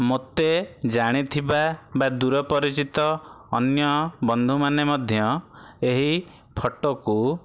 ମୋତେ ଜାଣିଥିବା ବା ଦୂର ପରିଚିତ ଅନ୍ୟ ବନ୍ଧୁମାନେ ମଧ୍ୟ ଏହି ଫଟୋକୁ